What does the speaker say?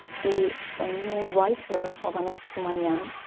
the armenian writer hovhannes tumanyan,